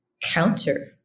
counter